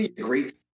great